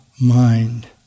mind